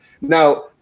Now